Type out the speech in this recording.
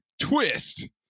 Twist